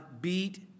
beat